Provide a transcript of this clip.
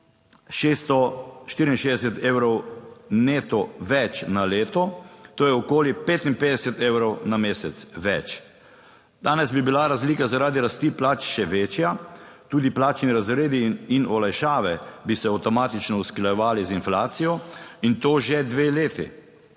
664 evrov neto več na leto, to je okoli 55 evrov na mesec več. Danes bi bila razlika zaradi rasti plač še večja. Tudi plačni razredi in olajšave bi se avtomatično usklajevali z inflacijo, in to že dve leti,